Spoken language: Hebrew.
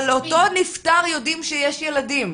אבל לאותו נפטר יודעים שיש ילדים,